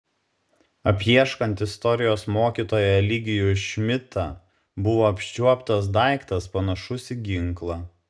apieškant istorijos mokytoją eligijų šmidtą buvo apčiuoptas daiktas panašus į ginklą